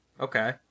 okay